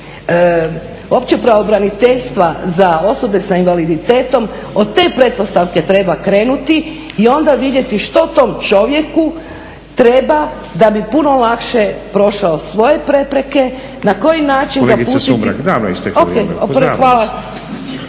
uopće pravobraniteljstva za osobe sa invaliditetom od te pretpostavke treba krenuti i onda vidjeti što tom čovjeku treba da bi puno lakše prošao svoje prepreke, na koji način … …/Upadica